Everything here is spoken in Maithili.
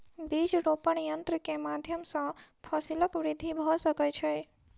बीज रोपण यन्त्र के माध्यम सॅ फसीलक वृद्धि भ सकै छै